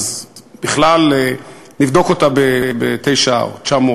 אז בכלל נבדוק אותה בתשע,